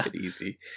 easy